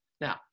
Now